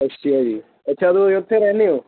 ਅੱਛਾ ਜੀ ਅੱਛਾ ਤਸੀਂ ਉੱਥੇ ਰਹਿੰਦੇ ਹੋ